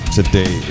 Today